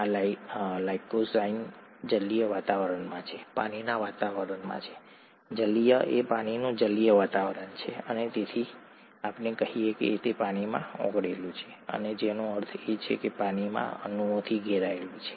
આ લાઇસોઝાઇમ જલીય વાતાવરણમાં છે પાણીના વાતાવરણમાં છે જલીય એ પાણીનું જલીય વાતાવરણ છે અને તેથી આપણે કહીએ કે તે પાણીમાં ઓગળેલું છે અને જેનો અર્થ છે કે તે પાણીના અણુઓથી ઘેરાયેલું છે